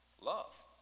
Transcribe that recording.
love